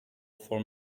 for